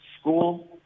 school